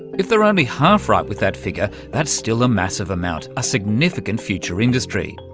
if they're only half right with that figure, that's still a massive amount, a significant future industry.